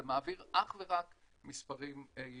זה מעביר אך ורק מספרים ייחודיים.